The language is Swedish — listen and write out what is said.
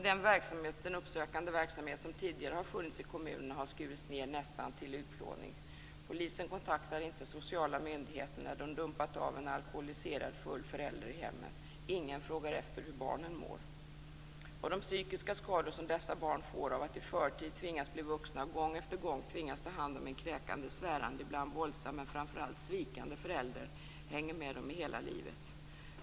Den uppsökande verksamhet som tidigare har funnits i kommunerna har skurits ned nästan till utplåning. Polisen kontaktar inte sociala myndigheter när de dumpat av en alkoholiserad full förälder i hemmet. Ingen frågar efter hur barnen mår. De psykiska skador som dessa barn får av att i förtid tvingas bli vuxna, av att gång efter gång tvingas ta hand om en kräkande, svärande, ibland våldsam, men framför allt svikande förälder hänger med dem hela livet.